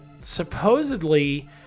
supposedly